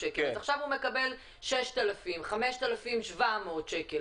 שקל עכשיו הוא מקבל 8,000 שקל עכשיו הוא מקבל ,000,